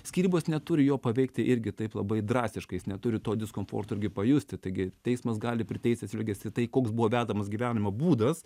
skyrybos neturi jo paveikti irgi taip labai drastiškai jis neturi to diskomforto irgi pajusti taigi teismas gali priteisti atsižvelgęs į tai koks buvo vedamas gyvenimo būdas